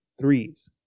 threes